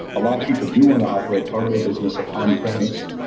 a lot of people do want to operate part of their business ah on-premise.